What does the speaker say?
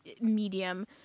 medium